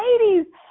ladies